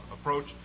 Approach